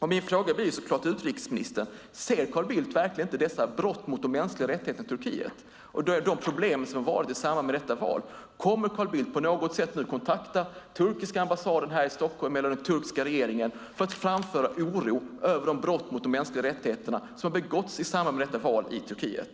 Min fråga till utrikesministern blir: Ser Carl Bildt verkligen inte dessa brott mot de mänskliga rättigheterna i Turkiet och de problem som varit i samband med detta val? Kommer Carl Bildt på något sätt att kontakta den turkiska ambassaden här i Stockholm eller den turkiska regeringen för att framföra oro över de brott mot de mänskliga rättigheterna som har begåtts i samband med detta val i Turkiet?